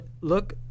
look